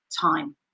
time